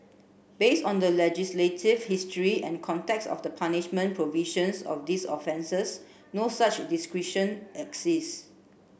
based on the legislative history and contexts of the punishment provisions of these offences no such discretion exists